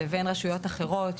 לבין רשויות אחרות,